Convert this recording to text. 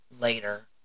later